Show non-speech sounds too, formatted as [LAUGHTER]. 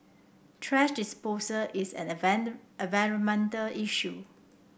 thrash disposal is an [UNINTELLIGIBLE] environmental issue